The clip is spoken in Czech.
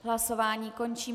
Hlasování končím.